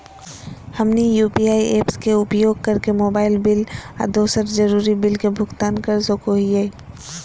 हमनी UPI apps के उपयोग करके मोबाइल बिल आ दूसर जरुरी बिल के भुगतान कर सको हीयई